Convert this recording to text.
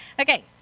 Okay